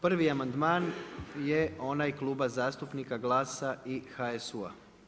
Prvi amandman je onaj Kluba zastupnika GLAS-a i HSU-a.